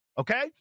okay